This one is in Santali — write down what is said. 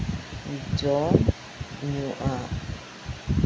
ᱡᱚᱢ ᱧᱩᱜᱼᱟ